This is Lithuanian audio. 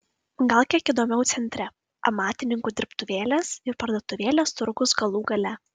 gal kiek įdomiau centre amatininkų dirbtuvėlės ir parduotuvėlės turgus galų gale